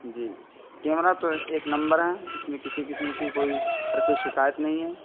جی camera تو ایک نمبر ہے اس میں کسی قسم کی کوئی حرف شکایت نہیں ہے